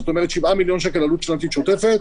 זאת אומרת 7 מיליון שקל עלות שנתית שוטפת,